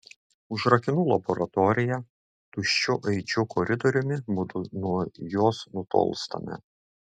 užrakinu laboratoriją tuščiu aidžiu koridoriumi mudu nuo jos nutolstame